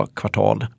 kvartal